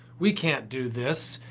we can't do this.